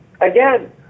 Again